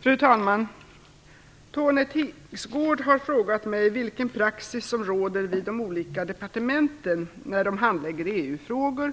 Fru talman! Tone Tingsgård har frågat mig vilken praxis som råder vid de olika departementen när de handlägger EU-frågor